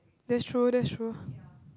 that's true that's true